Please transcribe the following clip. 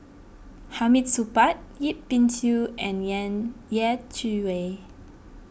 Hamid Supaat Yip Pin Xiu and Yin Yeh Chi Wei